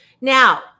Now